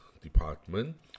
department